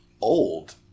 old